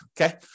Okay